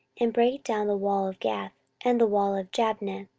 and brake down the wall of gath, and the wall of jabneh,